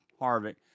Harvick